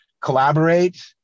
collaborate